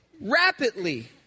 rapidly